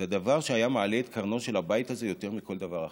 זה דבר שהיה מעלה את קרנו של הבית הזה יותר מכל דבר אחר.